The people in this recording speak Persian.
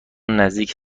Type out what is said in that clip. نزدیک